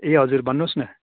ए हजुर भन्नुहोस् न